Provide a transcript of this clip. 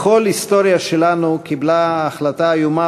בכל ההיסטוריה שלנו קיבלה החלטה איומה